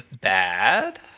bad